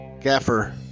Gaffer